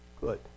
good